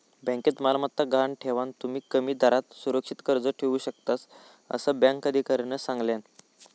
बँकेत मालमत्ता गहाण ठेवान, तुम्ही कमी दरात सुरक्षित कर्ज घेऊ शकतास, असा बँक अधिकाऱ्यानं सांगल्यान